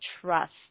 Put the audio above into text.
trust